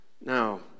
Now